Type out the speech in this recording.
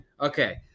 Okay